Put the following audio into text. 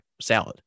salad